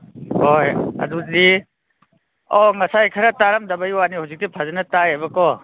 ꯍꯣꯏ ꯑꯗꯨꯗꯤ ꯑꯣ ꯉꯁꯥꯏ ꯈꯔ ꯇꯥꯔꯝꯗꯕꯒꯤ ꯋꯥꯅꯤ ꯍꯧꯖꯤꯛꯇꯤ ꯐꯖꯅ ꯇꯥꯏꯕꯀꯣ